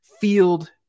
field